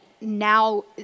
now